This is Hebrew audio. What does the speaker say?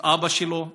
את אבא שלו?